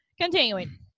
Continuing